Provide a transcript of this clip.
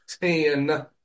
ten